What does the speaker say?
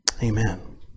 Amen